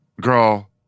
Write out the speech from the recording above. Girl